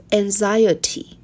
anxiety